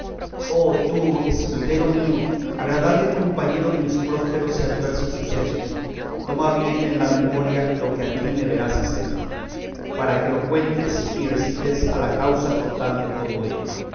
oh tú escudero mío agradable compañero en más prósperos y adversos sucesos toma bien en la memoria lo que aquí me verás hacer para que lo cuentes y recetes a la causa total de todo ello